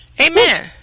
Amen